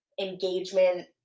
engagement